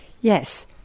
Yes